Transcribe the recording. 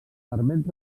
permet